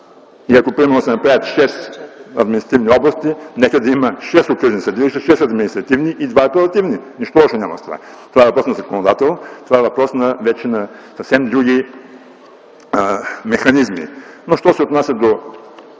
Например, ако се направят шест административни области, нека да има шест окръжни съдилища, шест административни и два апелативни. Нищо лошо няма в това. Това е въпрос на законодателност, това е въпрос вече на съвсем други механизми. Що се отнася до